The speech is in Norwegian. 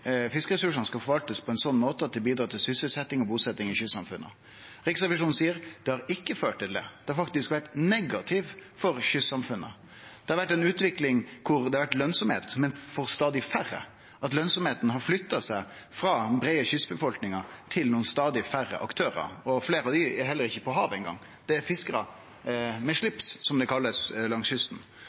Fiskeressursane skal forvaltast på ein sånn måte at det bidrar til sysselsetjing og busetjing i kystsamfunna. Riksrevisjonen seier at det ikkje har ført til det, det har faktisk vore negativt for kystsamfunna. Det har vore ei utvikling der det har vore lønsemd, men for stadig færre, lønsemda har flytta seg frå den breie kystbefolkninga til stadig færre aktørar. Fleire av dei er heller ikkje på havet, det er fiskarar med slips, som dei blir kalla langs kysten.